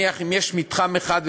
אם יש מתחם אחד,